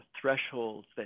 thresholds